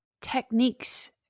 techniques